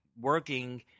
working